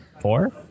Four